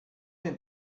dem